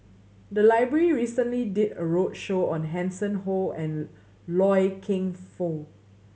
the library recently did a roadshow on Hanson Ho and Loy Keng Foo